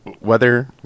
Weather